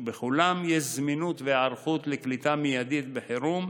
שבכולם יש זמינות והיערכות לקליטה מיידית בחירום,